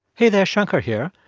hey, there, shankar here.